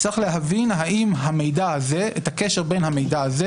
צריך להבין את הקשר בין המידע הזה